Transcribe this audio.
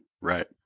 Right